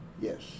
Yes